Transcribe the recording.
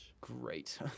Great